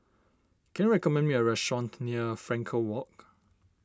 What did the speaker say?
can you recommend me a restaurant near Frankel Walk